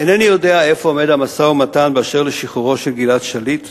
אינני יודע איפה עומד המשא-ומתן באשר לשחרורו של גלעד שליט.